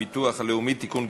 הביטוח הלאומי (תיקון,